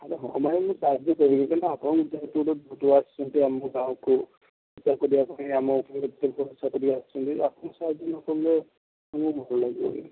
ଆରେ ହଁ ଭାଇ ମୁଁ ସାହାଯ୍ୟ କରିବି କାହିଁକିନା ଆପଣ ଦାୟିତ୍ୱରେ ବୁଲିବାକୁ ଆସିଛନ୍ତି ଆମ ଗାଁକୁ ପୂଜା କରିବା ପାଇଁ ଆମ ଅତିଥି ହିସାବରେ ଆସିଛନ୍ତି ଅତିଥି ଆପଣ ସାହାଯ୍ୟ ନ କଲେ ଆମକୁ ଭଲ ଲାଗିବନି